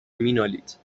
مینالید